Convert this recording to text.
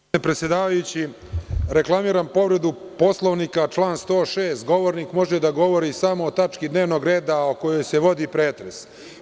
Poštovani predsedavajući, reklamiram povredu Poslovnika, član 106, govornik može da govori samo o tački dnevnog reda o kojoj se vodi pretres.